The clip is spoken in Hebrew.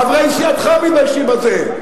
חברי סיעתך מתביישים בזה,